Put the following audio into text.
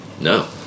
No